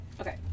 Okay